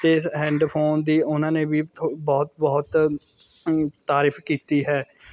ਅਤੇ ਇਸ ਹੈੱਡਫੋਨ ਦੀ ਉਹਨਾਂ ਨੇ ਵੀ ਥ ਬਹੁਤ ਬਹੁਤ ਤਾਰੀਫ ਕੀਤੀ ਹੈ